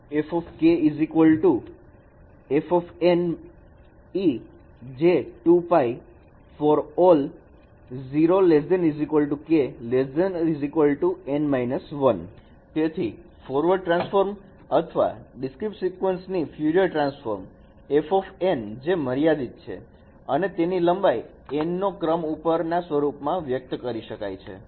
fˆ Σ for N−1n0 ˆe f j2π n kN0 ≤ k ≤ N − 1 તેથી forward transformer અથવા discrete sequence ની Fourier transform f જે મર્યાદિત છે અને તેની લંબાઈ n નો ક્રમ ઉપર ના સ્વરૂપમાં વ્યક્ત કરી શકાય છે